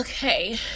Okay